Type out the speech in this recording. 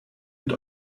und